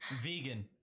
Vegan